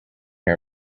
her